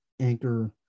anchor